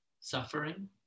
suffering